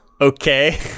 okay